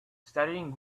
studying